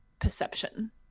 perception